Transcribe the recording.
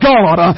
God